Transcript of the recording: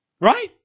Right